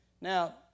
Now